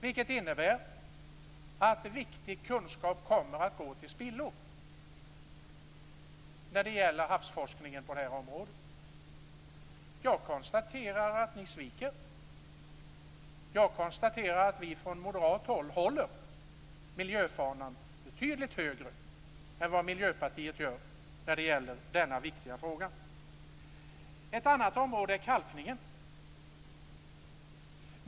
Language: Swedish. Det innebär att viktig kunskap kommer att gå till spillo när det gäller havsforskningen på det här området. Jag konstaterar att ni sviker, och jag konstaterar att vi från moderat sida håller miljöfanan betydligt högre än vad Miljöpartiet gör i denna viktiga fråga. Ett annat område är kalkningen.